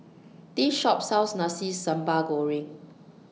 This Shop sells Nasi Sambal Goreng